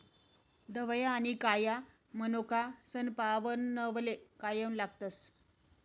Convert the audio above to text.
धवया आनी काया मनोका सनपावनले कायम लागतस